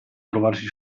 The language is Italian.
trovarsi